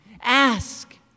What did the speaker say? ask